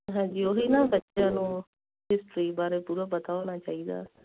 ਹਾਂਜੀ ਉਹੀ ਨਾ ਬੱਚਿਆਂ ਨੂੰ ਹਿਸਟਰੀ ਬਾਰੇ ਪੂਰਾ ਪਤਾ ਹੋਣਾ ਚਾਹੀਦਾ